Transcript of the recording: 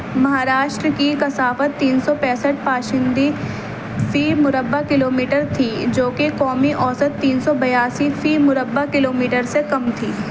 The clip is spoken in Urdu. مہاراشٹر کی کثافت تین سو پینسٹھ پاشندی فی مربع کلو میٹر تھی جوکہ قومی اوسط تین سو بیاسی فی مربع کلو میٹر سے کم تھی